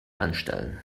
anstellen